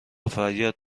فریاد